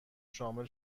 شامل